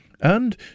and